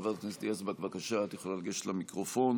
חברת הכנסת יזבק, בבקשה, את יכולה לגשת למיקרופון